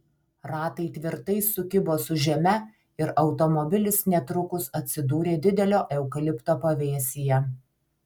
ratai tvirtai sukibo su žeme ir automobilis netrukus atsidūrė didelio eukalipto pavėsyje